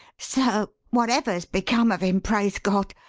sir, whatever's become of him, praise god,